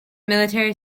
military